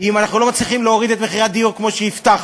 אם אנחנו לא מצליחים להוריד את מחירי הדיור כמו שהבטחנו,